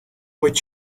what